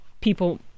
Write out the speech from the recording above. people